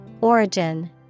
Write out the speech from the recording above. Origin